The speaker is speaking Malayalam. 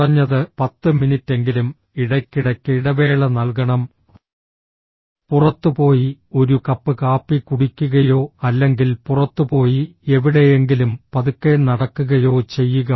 കുറഞ്ഞത് പത്ത് മിനിറ്റെങ്കിലും ഇടയ്ക്കിടയ്ക്ക് ഇടവേള നൽകണം പുറത്തുപോയി ഒരു കപ്പ് കാപ്പി കുടിക്കുകയോ അല്ലെങ്കിൽ പുറത്തുപോയി എവിടെയെങ്കിലും പതുക്കെ നടക്കുകയോ ചെയ്യുക